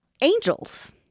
Angels